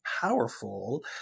powerful